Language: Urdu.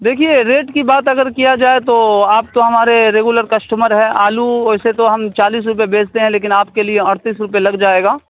دیکھیے ریٹ کی بات اگر کیا جائے تو آپ تو ہماری ریگولر کسٹمر ہیں آلو ویسے تو ہم چالیس روپے بیچتے ہیں لیکن آپ کے لیے اڑتس روپے لگ جائے گا